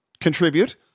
contribute